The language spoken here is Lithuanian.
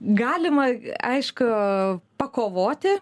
galima aišku pakovoti